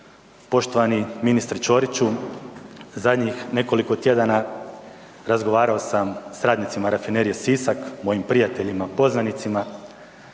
Poštovani ministre Ćoriću. Zadnjih nekoliko tjedana razgovarao sam s radnicima Rafinerije Sisak, mojim prijateljima, poznanicima.